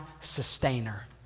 sustainer